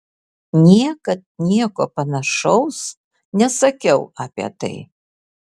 niekad nieko panašaus nesakiau apie tai